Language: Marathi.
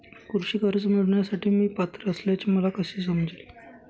कृषी कर्ज मिळविण्यासाठी मी पात्र असल्याचे मला कसे समजेल?